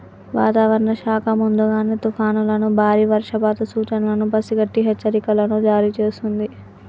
వాతావరణ శాఖ ముందుగానే తుఫానులను బారి వర్షపాత సూచనలను పసిగట్టి హెచ్చరికలను జారీ చేస్తుంది